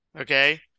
okay